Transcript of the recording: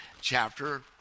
chapter